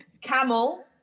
Camel